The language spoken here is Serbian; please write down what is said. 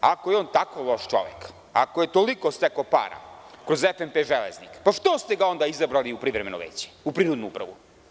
Ako je on tako loš čovek, ako je toliko stekao para kroz FMP „Železnik“, što ste ga onda izabrali u Privremenu upravu?